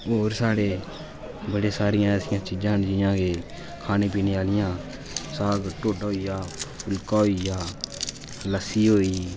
होर साढ़ै बड़ियां सारियां ऐसियां चीज़ां न के खाने पीने आह्लियां साढोडा होइया फुल्का होइया लस्सी होई